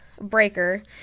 breaker